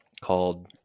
called